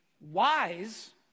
wise